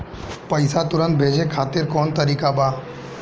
पैसे तुरंत भेजे खातिर कौन तरीका बा?